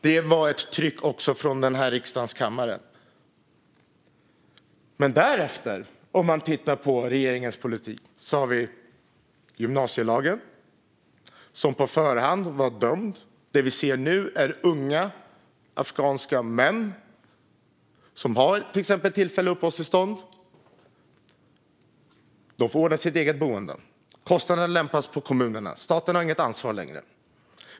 Det fanns också ett tryck som kom från riksdagens kammare. Om man ser till regeringens politik därefter har vi fått gymnasielagen, som var utdömd på förhand. Vad vi nu ser är unga afghanska män som har tillfälliga uppehållstillstånd. De får ordna sitt eget boende. Kostnaderna lämpas över på kommunerna. Staten har inte längre något ansvar.